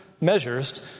measures